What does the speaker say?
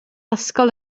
ysgol